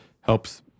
helps